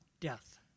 death